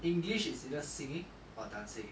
english is you just singing or dancing